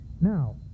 Now